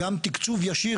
גם תקצוב ישיר.